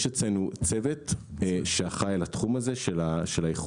יש אצלנו צוות שאחראי על התחום הזה של האיכות,